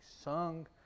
sung